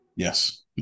Yes